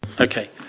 Okay